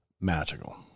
Magical